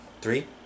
Three